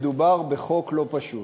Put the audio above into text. מדובר בחוק לא פשוט.